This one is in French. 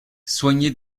soigné